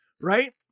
Right